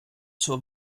zur